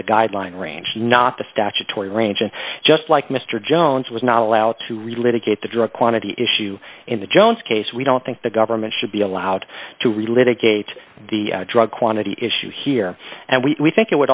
the guideline range not the statutory range and just like mr jones was not allowed to relay to get the drug quantity issue in the jones case we don't think the government should be allowed to relive the gate the drug quantity issue here and we think it would